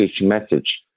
message